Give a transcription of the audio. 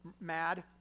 mad